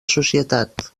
societat